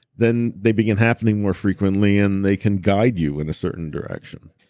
then they begin happening more frequently and they can guide you in a certain direction